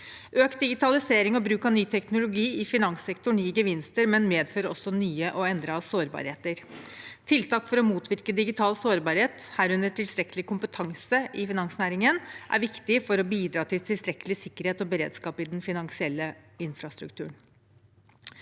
Økt digitalisering og bruk av ny teknologi i finanssektoren gir gevinster, men medfører også nye og endrede sårbarheter. Tiltak for å motvirke digital sårbarhet, herunder tilstrekkelig kompetanse i finansnæringen, er viktig for å bidra til tilstrekkelig sikkerhet og beredskap i den finansielle infrastrukturen.